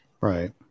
Right